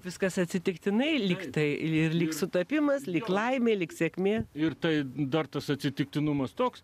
viskas atsitiktinai lyg tai ir lyg sutapimas lyg laimė lyg sėkmė ir tai dar tas atsitiktinumas toks